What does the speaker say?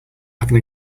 happen